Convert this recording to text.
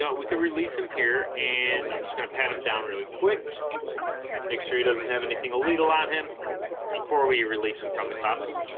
we could release him here and i'm just gonna pat him down really quick make sure he doesn't have anything illegal on him before we release him from the cuffs